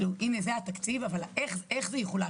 אבל השאלה איך זה יחולק.